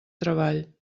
treball